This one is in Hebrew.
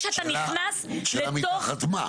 השאלה מתחת מה.